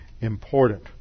important